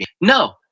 No